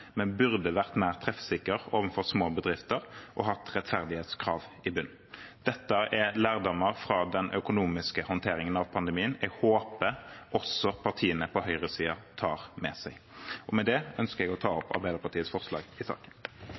men burde vært mer treffsikker overfor små bedrifter og hatt rettferdighetskrav i bunnen. Dette er lærdommer fra den økonomiske håndteringen av pandemien som jeg håper at også partiene på høyresiden tar med seg. Med det ønsker jeg å ta opp forslagene Arbeiderpartiet står inne i.